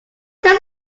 tell